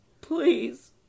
Please